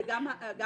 זה גם החינוך,